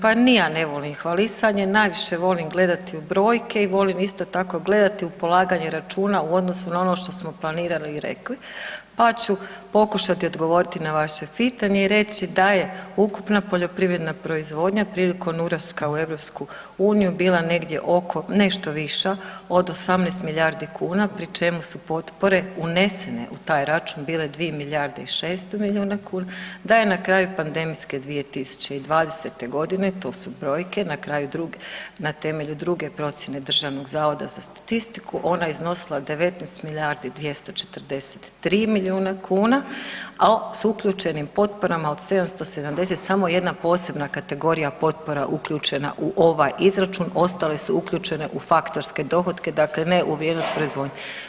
Pa ni ja ne volim hvalisanje, najviše volim gledati u brojke i volim isto tako gledati u polaganje računa u odnosu na ono što smo planirali i rekli pa ću pokušati odgovoriti na vaše pitanje i reći da je ukupna poljoprivredna proizvodnja prilikom ulaska u EU bila negdje oko nešto viša od 18 milijardi kuna pri čemu su potpore unesene u taj račun bile 2 milijarde i 600 milijuna kuna, da je na kraju pandemijske 2020. godine, to su brojke na kraju, na temelju druge procjene Državnog zavoda za statistiku ona iznosila 19 milijardi 243 milijuna kuna, a s uključenim potporama od 770 samo jedna posebna kategorija potpora uključena u ovaj izračun, ostale su uključene u faktorske dohotke dakle ne u vrijednost proizvodnje.